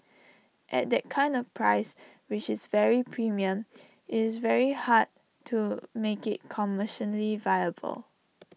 at that kind of price which is very premium is very hard to make IT commercially viable